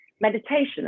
meditation